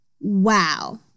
Wow